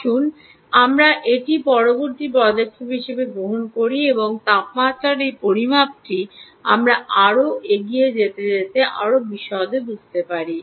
আসুন আমরা এটি পরবর্তী পদক্ষেপ হিসাবে গ্রহণ করি এবং তাপমাত্রার এই পরিমাপটি আমরা আরও এগিয়ে যেতে যেতে আরও বিশদে বুঝতে পারি